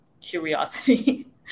curiosity